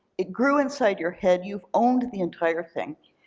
it grew inside your head, you've owned the entire thing.